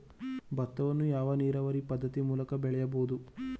ಭತ್ತವನ್ನು ಯಾವ ನೀರಾವರಿ ಪದ್ಧತಿ ಮೂಲಕ ಬೆಳೆಯಬಹುದು?